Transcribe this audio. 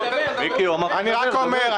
אני רק אומר.